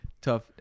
Tough